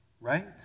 Right